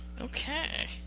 Okay